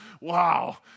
wow